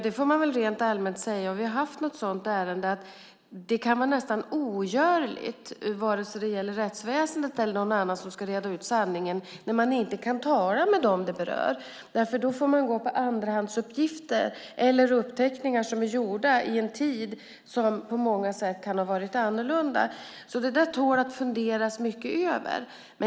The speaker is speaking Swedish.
Det kan vara nästan ogörligt att reda ut sanningen, antingen det är rättsväsendet eller någon annan som ska göra det, när man inte kan tala med dem det berör. Då får man gå på andrahandsuppgifter eller uppteckningar som är gjorda i en tid då mycket varit annorlunda. Det tål att funderas mycket över.